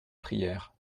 prière